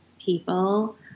people